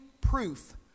proof